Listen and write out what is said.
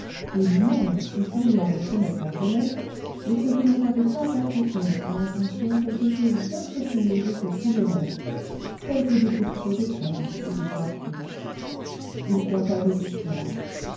et même fit semblant de se mettre en colère de ce que l'on n'avait pas apprêté à son intention quelque chose d'un peu plus léger que tout le reste tels que des petits pots de crème ou des poires cuites il conta des histoires